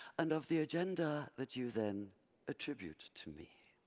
and of the agenda that you then attribute to me.